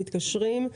מתקשרים,